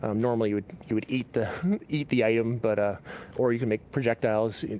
um normally, you would you would eat the eat the item but or you can make projectiles.